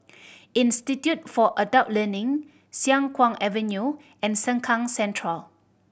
Institute for Adult Learning Siang Kuang Avenue and Sengkang Central